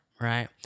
right